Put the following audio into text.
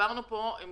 דיברנו פה עם